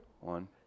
One